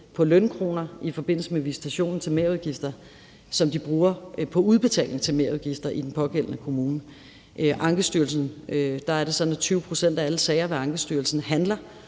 på lønkroner i forbindelse med visitationen til merudgifter, som de bruger på udbetaling til merudgifter i den pågældende kommune. I Ankestyrelsen er det sådan, at 20 pct. af alle sager ved Ankestyrelsen handler